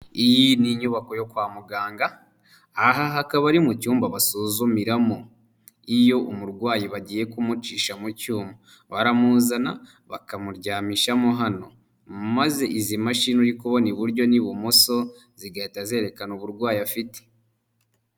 Iyi ni inyubako yo kwa muganga aha hakaba ari mu cyumba basuzumiramo, iyo umurwayi bagiye kumucisha mu cyuma baramuzana bakamuryamishamo hano maze izi mashini uri kubona iburyo n'ibumoso zigahita zerekana uburwayi afite.